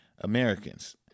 Americans